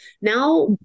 now